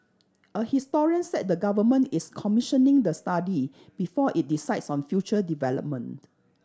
a historian said the Government is commissioning the study before it decides on future development